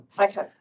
Okay